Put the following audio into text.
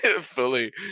Fully